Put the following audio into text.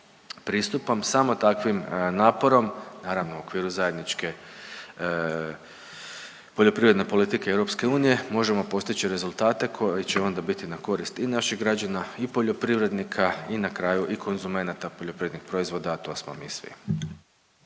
pristupom, samo takvim naporom, naravno u okviru zajedničke poljoprivredne politike Europske unije možemo postići rezultate koji će onda biti na korist i naših građana i poljoprivrednika i na kraju i konzumenata poljoprivrednih proizvoda, a to smo mi svi.